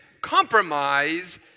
compromise